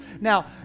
Now